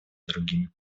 другими